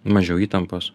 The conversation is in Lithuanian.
mažiau įtampos